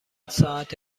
ساعت